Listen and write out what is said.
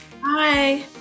Hi